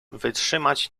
wytrzymać